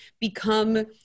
become